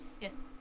Yes